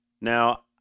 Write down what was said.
Now